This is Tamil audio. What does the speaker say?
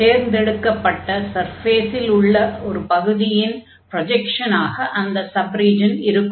தேர்ந்தெடுக்கப்பட்ட சர்ஃபேஸில் உள்ள பகுதியின் ப்ரொஜக்ஷனாக அந்த சப் ரீஜன் இருக்கும்